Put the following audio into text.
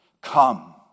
Come